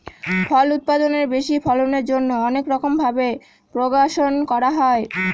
ফল উৎপাদনের বেশি ফলনের জন্যে অনেক রকম ভাবে প্রপাগাশন করা হয়